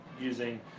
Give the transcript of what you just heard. using